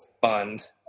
fund